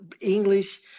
English